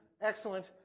excellent